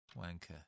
Wanker